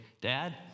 Dad